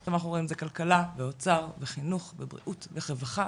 עכשיו אנחנו רואים את זה כלכלה ואוצר וחינוך ובריאות ורווחה